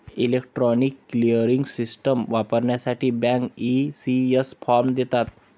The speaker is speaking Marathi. इलेक्ट्रॉनिक क्लिअरिंग सिस्टम वापरण्यासाठी बँक, ई.सी.एस फॉर्म देतात